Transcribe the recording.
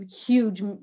huge